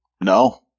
no